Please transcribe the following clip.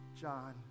John